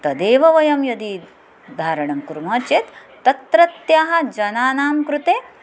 तदेव वयं यदि धारणं कुर्मः चेत् तत्रत्यः जनानां कृते